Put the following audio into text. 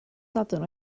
sadwrn